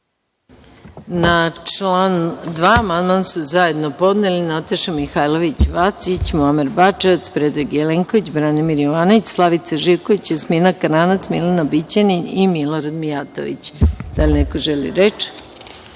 Na član 2. amandman su zajedno podneli narodni poslanici Nataša Mihailović Vacić, Muamer Bačevac, Predrag Jelenković, Branimir Jovanović, Slavica Živković, Jasmina Karanac, Milena Bićanin i Milorad Mijatović. Da li neko želi reč? Na